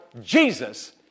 Jesus